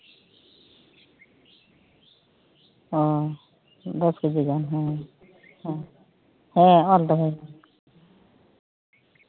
ᱦᱮᱸ ᱫᱚᱥ ᱠᱤᱡᱤ ᱜᱟᱱ ᱦᱮᱸ ᱦᱮᱸ ᱚᱞ ᱫᱚᱦᱚᱭ ᱢᱮ